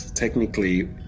technically